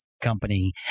company